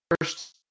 first